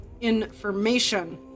information